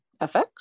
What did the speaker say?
FX